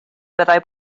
byddai